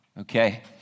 okay